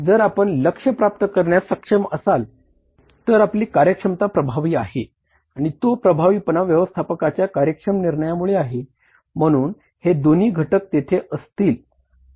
जर आपण लक्ष्य प्राप्त करण्यास सक्षम असाल तर आपली कार्यक्षमता प्रभावी आहे आणि तो प्रभावीपणा व्यवस्थपकाच्या कार्यक्षम निर्णयांमुळे आहे म्हणून हे दोन्ही घटक तेथे असतील